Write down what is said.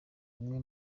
umwe